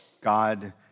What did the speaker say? God